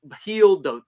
healed